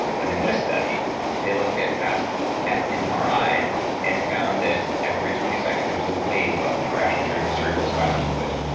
but in this study they looked at fast fmri and found that every twenty seconds there was a wave of fresh ah cerebral spinal fluid,